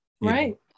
Right